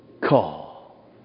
call